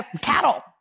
cattle